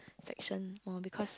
section more because